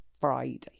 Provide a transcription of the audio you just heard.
Friday